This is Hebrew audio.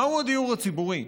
מהו הדיור הציבורי?